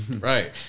right